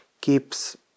keeps